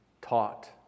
taught